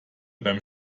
beim